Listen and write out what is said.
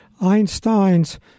Einstein's